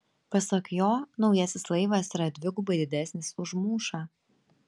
pasak jo naujasis laivas yra dvigubai didesnis už mūšą